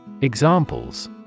Examples